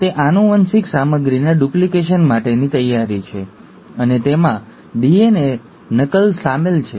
તે આનુવંશિક સામગ્રીના ડુપ્લિકેશન માટેની તૈયારી છે અને તેમાં ડીએનએ નકલ શામેલ છે